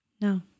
No